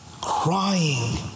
crying